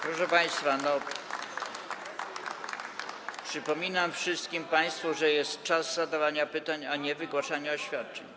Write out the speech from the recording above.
Proszę państwa, przypominam wszystkim państwu, że jest to czas zadawania pytań, a nie wygłaszania oświadczeń.